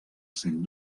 cent